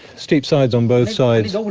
steep sides on both sides, um